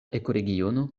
ekoregiono